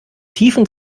tiefen